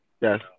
Yes